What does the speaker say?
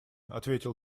ответил